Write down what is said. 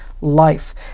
life